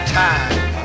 time